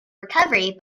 recovery